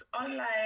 online